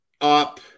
up